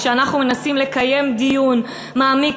כשאנחנו מנסים לקיים דיון מעמיק,